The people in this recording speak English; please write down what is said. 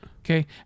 Okay